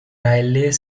raleigh